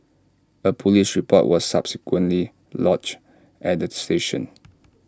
A Police report was subsequently lodged at the station